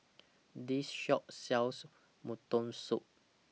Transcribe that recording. This Shop sells Mutton Soup